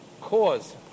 cause